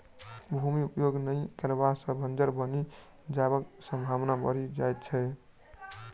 भूमि उपयोग नहि कयला सॅ बंजर बनि जयबाक संभावना बढ़ि जाइत छै